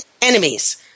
enemies